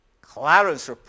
Clarence